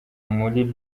muri